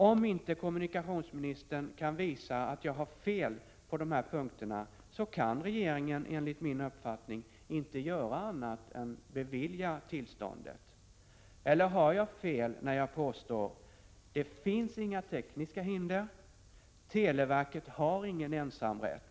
Om inte kommunikationsministern kan visa att jag har fel på de här sista punkterna, kan regeringen enligt min uppfattning inte göra annat än bevilja tillståndet. Eller har jag fel när jag påstår: Det finns inga tekniska hinder och televerket har ingen ensamrätt?